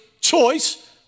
choice